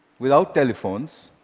without telephones,